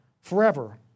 forever